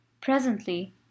presently